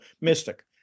mystic